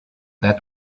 that